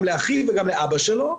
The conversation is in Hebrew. גם לאחיו וגם לאבא שלו.